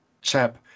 chap